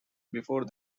before